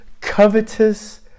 covetous